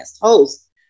host